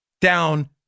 down